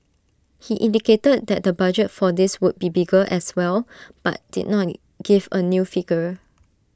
he indicated that the budget for this would be bigger as well but did not give A new figure